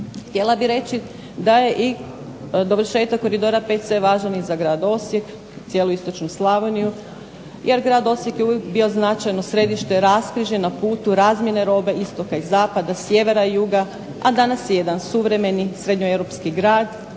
Htjela bih reći da je i dovršetak Koridora VC važan i za grad Osijek, cijelu istočnu Slavoniju jer grad Osijek je uvijek bio značajno središte, raskrižje na putu razmjene robe istoka i zapada, sjevera i juga, a danas je jedan suvremeni srednjeeuropski grad